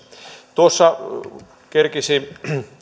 tuossa kerkesi